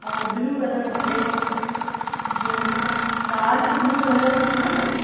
और blue colour खपे जीअं डार्क ब्लू कलर थींदो आहे न